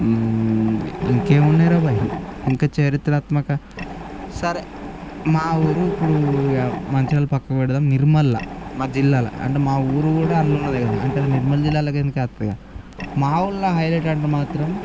ఇంకేం ఉన్నాయిరా భాయ్ ఇంక చరిత్రాత్మక సరే మా ఊరు ఇప్పుడు ఇక మంచిర్యాల పక్కకి పెడదాం నిర్మల్లో మా జిల్లాలో అంటే మా ఊరు కూడా అందులో ఉన్నాది కదా అంటే నిర్మల్ జిల్లా కిందకే వస్తుందిగా మా ఊర్లో హైలెట్ అంటే మాత్రం